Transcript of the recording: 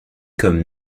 comme